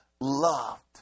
loved